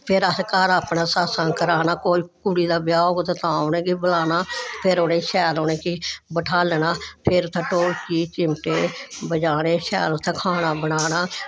फिर असें घर अपने सत्संग कराना कोई कुड़ी दा ब्याह् होग ते तां उनेंगी बुलाना ते फिर शैल उनेंगी बैठालना फिर ढोलकी चिम्मटे जाने शैल उत्थें खाना पिलाना